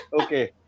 Okay